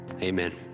Amen